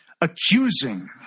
accusing